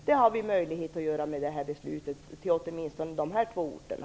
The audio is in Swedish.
Det gäller åtminstone de här två orterna.